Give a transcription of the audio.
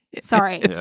Sorry